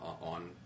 on